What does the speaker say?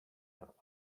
not